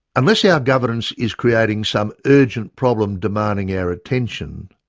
unless yeah our governance is creating some urgent problem demanding our attention,